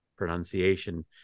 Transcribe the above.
Pronunciation